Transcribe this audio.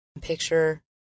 Picture